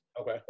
Okay